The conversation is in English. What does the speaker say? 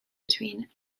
between